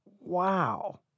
wow